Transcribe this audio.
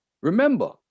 Remember